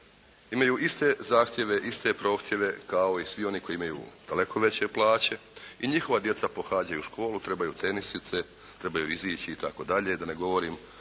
imaju iste zahtjeve, iste prohtjeve kao i svi oni koji imaju daleko veće plaće. I njihova djeca pohađaju školu, trebaju tenisice, trebaju izići i tako dalje. Da ne govorim